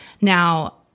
Now